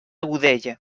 godella